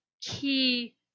key